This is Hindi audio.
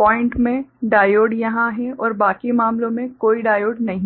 बिंदु में डायोड यहाँ है और बाकी मामले मे कोई डायोड नहीं है